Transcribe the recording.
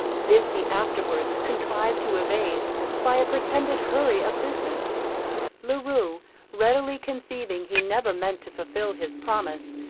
this he afterwards contrived to evade by a pretended hurry of business la rue readily conceiving he never meant to fulfil his promise,